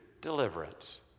deliverance